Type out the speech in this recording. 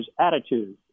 attitude